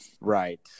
Right